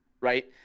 right